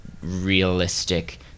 realistic